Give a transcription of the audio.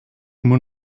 moet